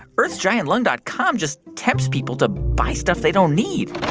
earthsgiantlung dot com just tempts people to buy stuff they don't need